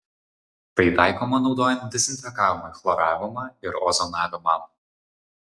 tai taikoma naudojant dezinfekavimui chloravimą ir ozonavimą